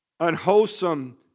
unwholesome